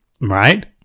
Right